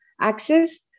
access